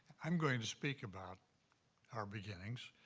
i'm going to speak about our beginnings.